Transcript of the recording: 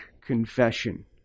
confession